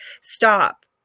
stop